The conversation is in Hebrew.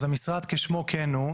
אז המשרד כשמו כן הוא,